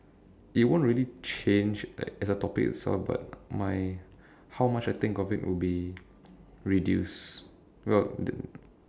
it won't really change like as a topic itself but my how much I think of it will be reduced well